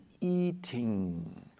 eating